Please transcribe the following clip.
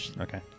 okay